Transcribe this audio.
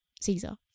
Caesar